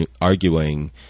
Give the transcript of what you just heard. arguing